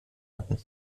hatten